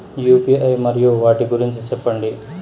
UPI మరియు వాటి గురించి సెప్పండి?